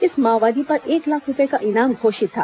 इस माओवादी पर एक लाख रूपए का इनाम घोषित था